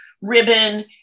ribbon